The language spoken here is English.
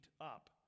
up